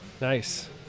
Nice